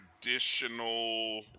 traditional